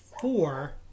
four